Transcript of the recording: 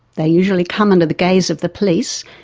they usually come under the gaze of the police,